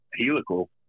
helical